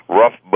rough